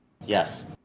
Yes